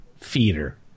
feeder